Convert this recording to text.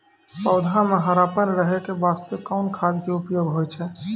पौधा म हरापन रहै के बास्ते कोन खाद के उपयोग होय छै?